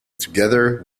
together